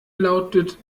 lautet